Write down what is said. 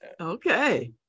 Okay